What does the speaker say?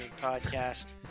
Podcast